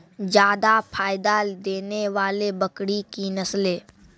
जादा फायदा देने वाले बकरी की नसले?